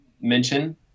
mention